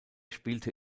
spielte